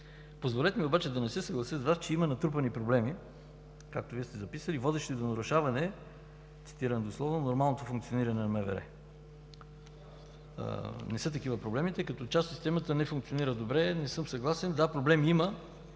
Позволете ми обаче да не се съглася с Вас, че „има натрупани проблеми“ – както Вие сте записали – водещи до нарушаване, цитирам дословно, нормалното функциониране на МВР“. Не са такива проблемите. „Част от системата не функционира добре“ – не съм съгласен. Да, проблеми има,